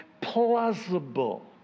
plausible